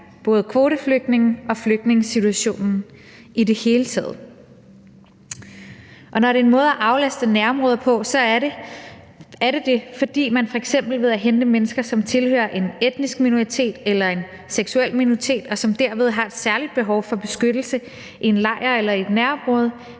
både kvoteflygtninge og flygtningesituationen i det hele taget. Når det er en måde at aflaste nærområderne på, er det det, fordi man f.eks. ved at hente mennesker, som tilhører en etnisk minoritet eller en seksuel minoritet, og som derved har et særligt behov for beskyttelse, i en lejr eller et nærområde